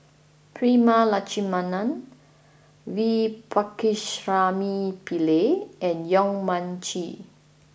Prema Letchumanan V Pakirisamy Pillai and Yong Mun Chee